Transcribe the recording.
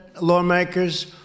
lawmakers